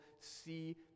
see